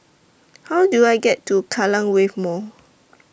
How Do I get to Kallang Wave Mall